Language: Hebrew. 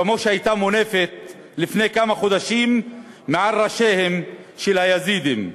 כמו שהייתה מונפת לפני כמה חודשים מעל ראשיהם של היזידים,